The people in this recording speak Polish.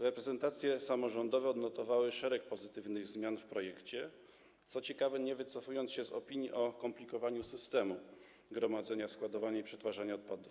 Reprezentacje samorządowe odnotowały szereg pozytywnych zmian w projekcie, co ciekawe, nie wycofując się z opinii o komplikowaniu systemu gromadzenia, składowania i przetwarzania odpadów.